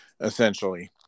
essentially